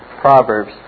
Proverbs